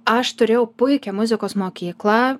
aš turėjau puikią muzikos mokyklą